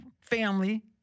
family